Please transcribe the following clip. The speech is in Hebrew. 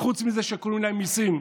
חוץ מזה שקוראים להם מיסים: